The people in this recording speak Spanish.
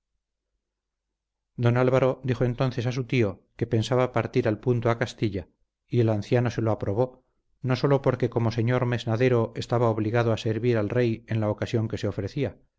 don álvaro dijo entonces a su tío que pensaba partir al punto a castilla y el anciano se lo aprobó no sólo porque como señor mesnadero estaba obligado a servir al rey en la ocasión que se ofrecía